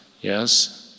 yes